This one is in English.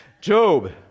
Job